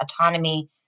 autonomy